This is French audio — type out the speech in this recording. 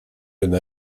jeune